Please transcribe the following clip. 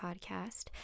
Podcast